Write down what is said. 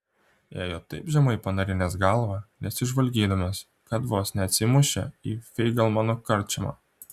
ėjo taip žemai panarinęs galvą nesižvalgydamas kad vos neatsimušė į feigelmano karčiamą